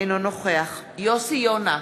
אינו נוכח יוסי יונה,